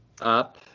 up